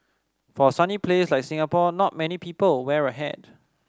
for a sunny place like Singapore not many people wear a hat